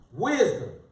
wisdom